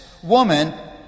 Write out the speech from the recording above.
Woman